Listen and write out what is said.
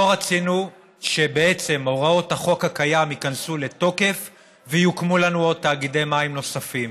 לא רצינו שהוראות החוק הקיים יכנסו לתוקף ויוקמו לנו תאגידי מים נוספים,